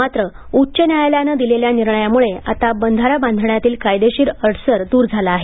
मात्र उच्च न्यायालयानं दिलेल्या निर्णयामुळे आता बंधारा बांधण्यातील कायदेशीर अडसर द्र झाला आहे